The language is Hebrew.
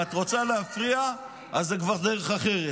אם את רוצה להפריע, אז זה כבר דרך אחרת.